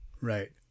Right